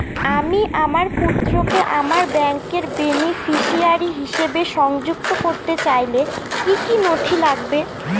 আমি আমার পুত্রকে আমার ব্যাংকের বেনিফিসিয়ারি হিসেবে সংযুক্ত করতে চাইলে কি কী নথি লাগবে?